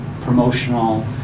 promotional